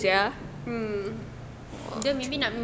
mm